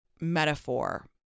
metaphor